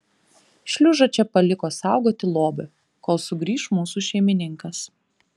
šliužą čia paliko saugoti lobio kol sugrįš mūsų šeimininkas